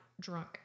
drunk